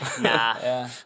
Nah